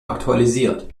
aktualisiert